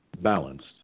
balanced